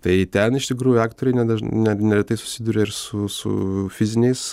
tai ten iš tikrųjų aktoriai nedaž net neretai susiduria ir su su fiziniais